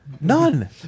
None